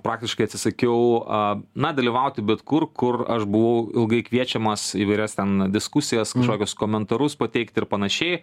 praktiškai atsisakiau a na dalyvauti bet kur kur aš buvau ilgai kviečiamas įvairias ten diskusijas kažkokius komentarus pateikti ir panašiai